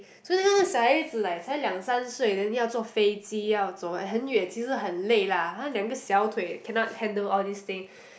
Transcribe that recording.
so 那个小孩子 like 才两三岁 then 要坐飞机要走很远 then 其实很累 lah 他两个小腿 cannot handle all these thing